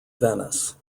venice